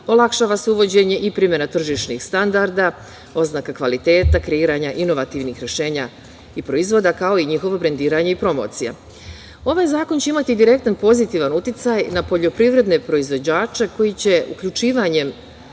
Olakšava se uvođenje i primena tržišnih standarda, oznaka kvaliteta, kreiranja inovativnih rešenja i proizvoda, kao i njihovo brendiranje i promocija. Ovaj zakon će imati direktan pozitivan uticaj na poljoprivredne proizvođače koji će se uključivanjem